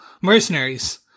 mercenaries